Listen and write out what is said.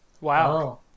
Wow